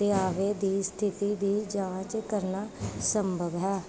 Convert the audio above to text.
ਦਾਅਵੇ ਦੀ ਸਥਿਤੀ ਦੀ ਜਾਂਚ ਕਰਨਾ ਸੰਭਵ ਹੈ